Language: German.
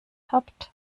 habt